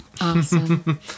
Awesome